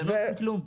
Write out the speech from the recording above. והם לא עושים כלום.